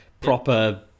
proper